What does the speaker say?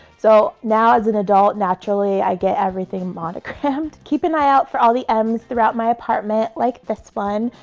so now as an adult, naturally, i get everything monogrammed. keep an eye out for all the m's throughout my apartment, like this one.